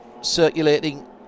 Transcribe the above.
circulating